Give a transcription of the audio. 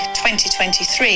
2023